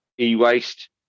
e-waste